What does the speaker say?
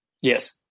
Yes